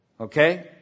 Okay